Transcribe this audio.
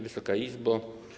Wysoka Izbo!